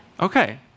Okay